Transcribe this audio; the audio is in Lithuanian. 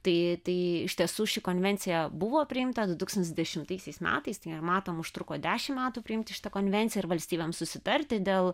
tai tai iš tiesų ši konvencija buvo priimta du tūkstantis dešimtaisiais metais tai matom užtruko dešim metų priimti šitą konvenciją ir valstybėm susitarti dėl